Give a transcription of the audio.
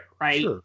right